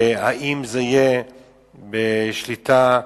והאם זה יהיה בשליטה בין-לאומית,